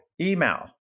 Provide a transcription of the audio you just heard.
email